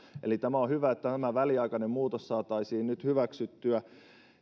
eli on hyvä että tämä väliaikainen muutos saataisiin nyt hyväksyttyä